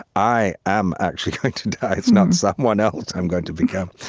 i am actually going like to die. it's not someone else i'm going to become.